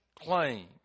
claim